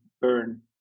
burn